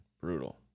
Brutal